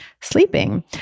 sleeping